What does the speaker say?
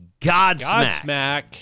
Godsmack